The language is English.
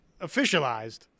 officialized